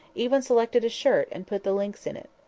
even selected a shirt and put the links in it.